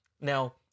Now